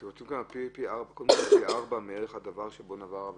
אתם רוצים כאן פי ארבעה מערך העבירה שנעברה.